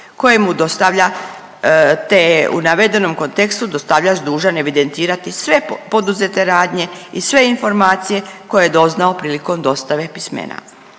koje mu dostava te je u navedenom kontekstu dostavljač dužan evidentirati sve poduzete radnje i sve informacije koje je doznao prilikom dostave pismena.